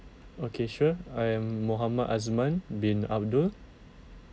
okay sure I am mohammad azman bin abdul